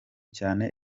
cyane